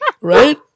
right